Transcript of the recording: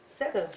בטבלט.